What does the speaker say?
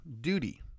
duty